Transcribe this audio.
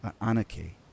anarchy